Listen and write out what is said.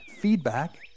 feedback